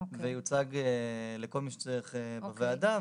ויוצג לכל מי שצריך בוועדה.